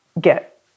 get